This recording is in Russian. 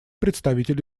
представитель